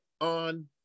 on